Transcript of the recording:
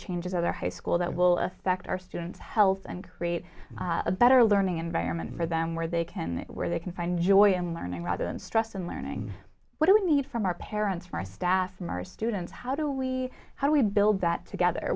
changes in their high school that will affect our students health and create a better learning environment for them where they can where they can find joy in learning rather than stress and learning what do we need from our parents our staff from our students how do we how do we build that together